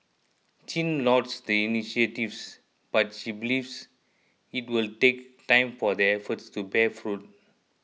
Chin lauds the initiatives but she believes it will take time for the efforts to bear fruit